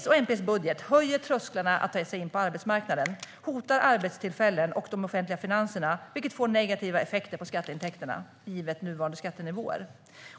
S-MP:s budget höjer trösklarna att ta sig in på arbetsmarknaden, hotar arbetstillfällen och de offentliga finanserna, vilket får negativa effekter på skatteintäkterna givet nuvarande skattenivåer.